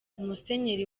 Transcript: musenyeri